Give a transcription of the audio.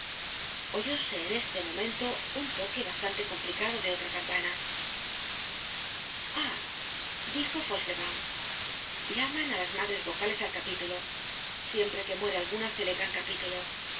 oyóse en este momento un toque bastante complicado de otra campana ah dijo fauchelevent llaman á las madres vocales al capítulo siempre que muere alguna celebran capítulo